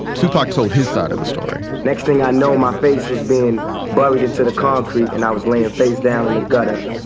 tupac told his side of the story next thing i know, my face was being buried into the concrete, and i was laying face-down in the gutter,